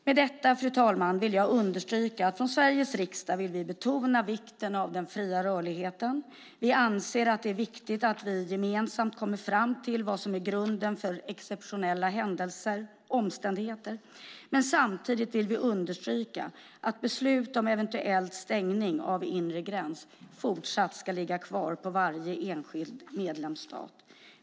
Låt mig, fru talman, understryka att vi från Sveriges riksdag vill betona vikten av den fria rörligheten. Vi anser att det är viktigt att vi gemensamt kommer fram till vad som är grunden för exceptionella omständigheter. Samtidigt vill vi understryka att beslut om eventuell stängning av inre gräns fortsatt ska ligga kvar på varje enskild medlemsstat.